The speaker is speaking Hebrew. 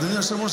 אדוני היושב-ראש,